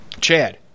Chad